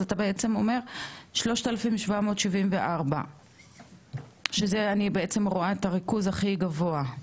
אז אתה בעצם אומר 3,774 שזה אני בעצם רואה את הריכוז הכי גבוה,